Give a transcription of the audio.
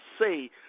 say